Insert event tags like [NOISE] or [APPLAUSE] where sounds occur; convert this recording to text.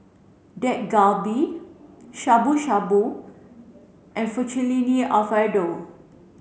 Dak Galbi Shabu shabu and [UNINTELLIGIBLE] Alfredo